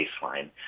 baseline